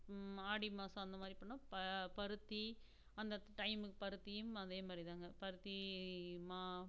ஆடி மாதம் அந்த மாதிரி பண்ணிணா ப பருத்தி அந்த டைமுக்கு பருத்தியும் அதே மாதிரிதாங்க பருத்தி மா